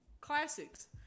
classics